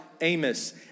Amos